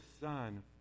son